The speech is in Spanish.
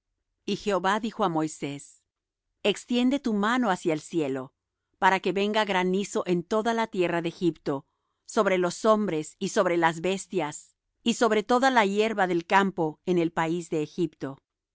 y jehová dijo á moisés extiende tu mano hacia el cielo para que venga granizo en toda la tierra de egipto sobre los hombres y sobre las bestias y sobre toda la hierba del campo en el país de egipto